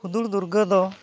ᱦᱩᱫᱩᱲ ᱫᱩᱨᱜᱟᱹ ᱫᱚ